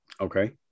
Okay